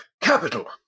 Capital